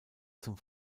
zum